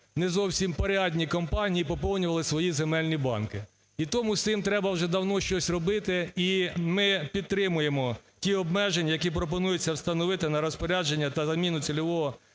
не зовсім порядні компанії поповнювали свої земельні банки. І тому із тим треба вже давно щось робити. І ми підтримуємо ті обмеження, які пропонуються встановити на розпорядження та заміну цільового